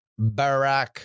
Barack